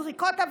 זריקות אבנים,